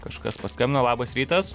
kažkas paskambino labas rytas